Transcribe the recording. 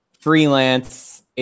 Freelance